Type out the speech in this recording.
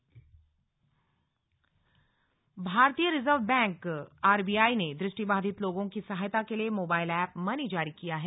RBI भारतीय reserve bank RBI ने दृष्टिबाधित लोगों की सहायता के लिए मोबाईल ऐप मनी जारी किया है